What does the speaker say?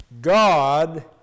God